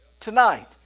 tonight